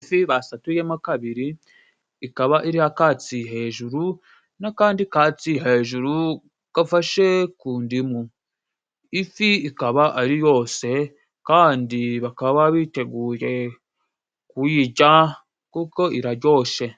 Ifi basatuyemo kabiri ikaba iriho akatsi hejuru n'akandi katsi hejuru gafashe ku ndimu .Ifi ikaba ari yose kandi bakaba biteguye kuyirya kuko iraryoshe.